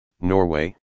Norway